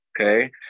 Okay